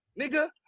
nigga